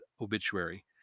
obituary